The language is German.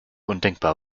undenkbar